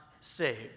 saved